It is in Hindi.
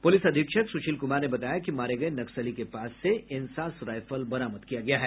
पुलिस अधीक्षक सुशील कुमार ने बताया कि मारे गये नक्सली के पास से इनसास रायफल बरामद किया गया है